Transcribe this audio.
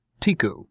Tiku